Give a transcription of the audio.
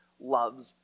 loves